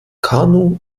kanu